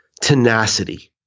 tenacity